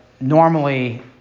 normally